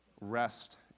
Rest